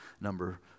number